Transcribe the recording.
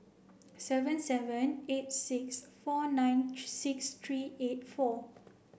seven seven eight six four nine six three eight four